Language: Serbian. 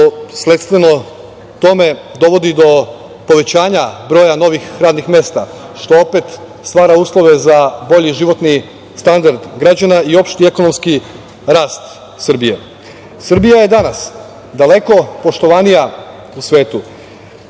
sledstveno tome dovodi do povećanja broja novih radnih mesta što opet stvara uslove za bolji životni standard građana i opšti ekonomski rast Srbije. Srbija je danas daleko poštovanija u svetu.